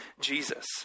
Jesus